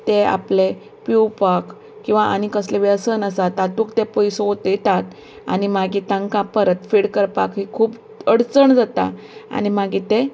ते आपले पिवपाक किंवां आनी कसलें व्यसन आसा तातूंत ते पयसो ओंतयतात आनी मागीर तांकां परतफेड करपाक खूब अडचण जाता आनी मागीर ते